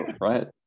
Right